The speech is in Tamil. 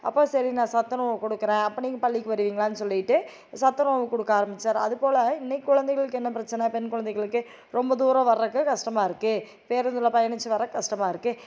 அப்போ சரி நான் சத்துணவு கொடுக்குறேன் அப்போ நீங்கள் பள்ளிக்கு வருவீங்களான்னு சொல்லிட்டு சத்துணவு கொடுக்க ஆரம்பித்தாரு அதுபோல் இன்னைக்கு கொழந்தைகளுக்கு என்ன பிரச்சனை பெண் கொழந்தைகளுக்கு ரொம்ப தூரம் வர்றதுக்கு கஷ்டமா இருக்குது பேருந்தில் பயணித்து வர கஷ்டமா இருக்குது